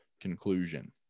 conclusion